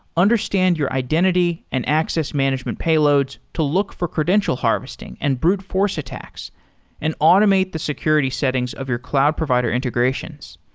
understand your identity and access management payloads to look for credential harvesting and brute force attacks and automate the security settings of your cloud provider integrations.